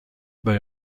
they